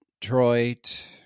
Detroit